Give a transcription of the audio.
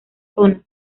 zona